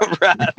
right